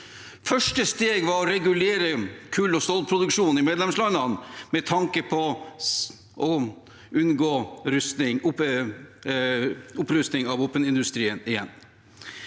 Første steg var å regulere kull- og stålproduksjonen i medlemslandene med tanke på å unngå opprustning av våpenindustrien igjen.